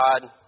God